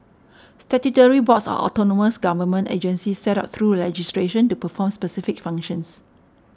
statutory boards are autonomous government agencies set up through legislation to perform specific functions